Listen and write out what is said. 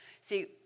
See